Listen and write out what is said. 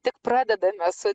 tik pradedame su